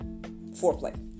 foreplay